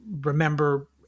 remember